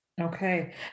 Okay